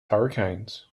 hurricanes